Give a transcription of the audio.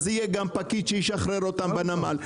אז יהיה גם פקיד שישחרר אותם בנמל.